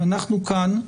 אנחנו כאן,